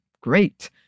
Great